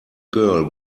girl